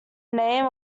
name